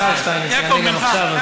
השר שטייניץ יענה גם עכשיו,